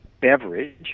beverage